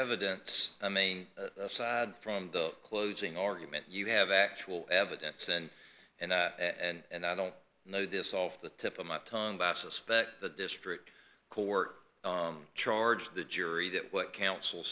evidence i mean aside from the closing argument you have actual evidence and and that and i don't know this off the tip of my tongue bassus that the district court on charge the jury that what coun